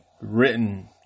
written